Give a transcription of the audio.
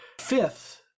fifth